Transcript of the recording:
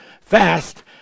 fast